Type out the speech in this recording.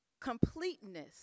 completeness